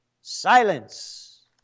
Silence